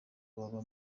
baba